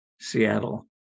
Seattle